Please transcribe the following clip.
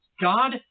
God